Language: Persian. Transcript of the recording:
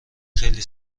خیلی